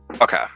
Okay